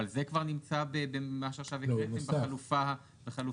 אבל זה כבר נמצא במה שעכשיו הקראנו בחלופה ב-(ג).